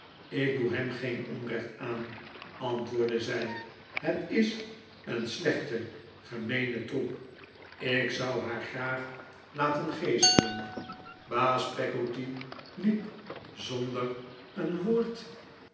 ik doe hem geen onrecht aan antwoordde zij het is een slechte gemeene troep ik zou haar graag laten geeselen baas peggotty liep zonder een woord